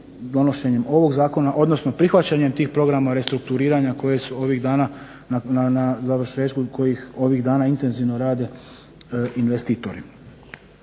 donošenjem ovog zakona, odnosno prihvaćanjem tih programa restrukturiranja koje su ovih dana na završetku, kojih